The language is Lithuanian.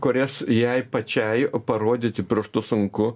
kurias jai pačiai parodyti pirštu sunku